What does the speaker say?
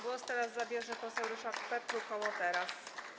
Głos teraz zabierze poseł Ryszard Petru, koło Teraz.